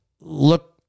look